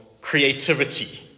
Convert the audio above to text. creativity